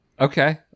Okay